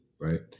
right